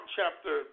chapter